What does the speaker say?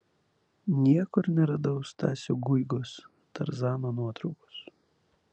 niekur neradau stasio guigos tarzano nuotraukos